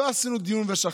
לא עשינו דיון ושכחנו.